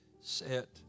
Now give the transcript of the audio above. set